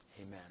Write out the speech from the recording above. Amen